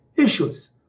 issues